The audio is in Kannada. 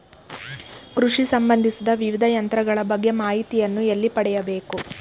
ಕೃಷಿ ಸಂಬಂದಿಸಿದ ವಿವಿಧ ಯಂತ್ರಗಳ ಬಗ್ಗೆ ಮಾಹಿತಿಯನ್ನು ಎಲ್ಲಿ ಪಡೆಯಬೇಕು?